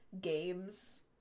games